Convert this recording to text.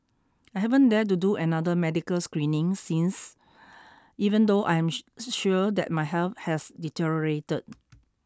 I haven't dared to do another medical screening since even though I am sure that my health has deteriorated